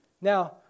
Now